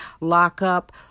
lockup